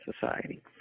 society